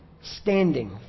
standing